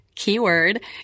keyword